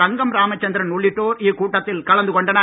தங்கம் ராமச்சந்திரன் உள்ளிட்டோர் இக்கூட்டத்தில் கலந்துகொண்டனர்